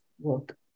work